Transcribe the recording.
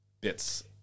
bits